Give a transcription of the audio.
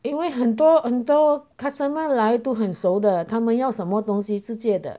因为很多很多 customer 来都是很熟的他们要什么东西直接的